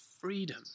freedom